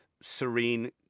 serene